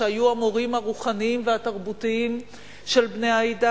שהיו המורים הרוחניים והתרבותיים של בני העדה,